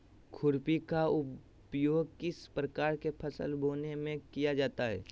खुरपी का उपयोग किस प्रकार के फसल बोने में किया जाता है?